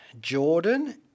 Jordan